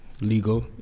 Legal